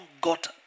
got